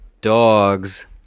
dogs